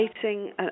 creating